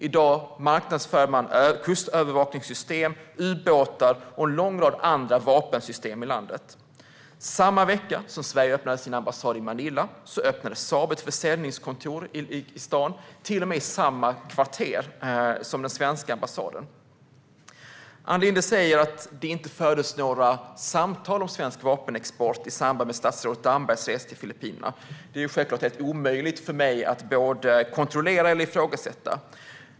I dag marknadsför man kustövervakningssystem, ubåtar och en lång rad andra vapensystem i landet. Samma vecka som Sverige öppnade sin ambassad i Manila öppnade Saab ett försäljningskontor i staden, till och med i samma kvarter som den svenska ambassaden. Ann Linde säger att det inte fördes några samtal om svensk vapenexport i samband med statsrådet Dambergs resa till Filippinerna. Det är självklart omöjligt för mig att kontrollera eller ifrågasätta.